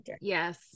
yes